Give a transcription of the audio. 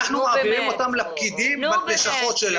אנחנו מעבירים אותן לפקידים בלשכות שלנו.